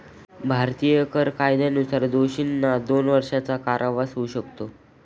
भारतीय कर कायद्यानुसार दोषींना दोन वर्षांचा कारावास होऊ शकतो